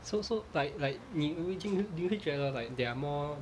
so so like like 你会听你会觉得 like there are more